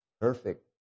Perfect